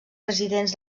residents